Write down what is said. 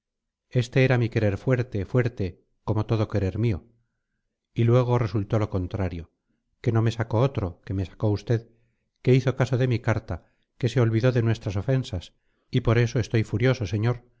este era mi querer fuerte fuerte como todo querer mío y luego resultó lo contrario que no me sacó otro que me sacó usted que hizo caso de mi carta que se olvidó de nuestras ofensas y por eso estoy furioso señor